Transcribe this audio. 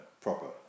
proper